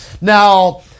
Now